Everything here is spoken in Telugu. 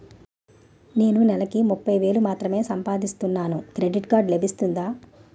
నేను నెల కి ముప్పై వేలు మాత్రమే సంపాదిస్తాను క్రెడిట్ కార్డ్ లభిస్తుందా?